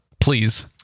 Please